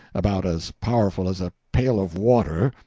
about as powerful as a pail of water.